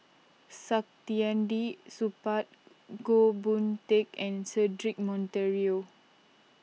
Saktiandi Supaat Goh Boon Teck and Cedric Monteiro